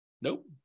Nope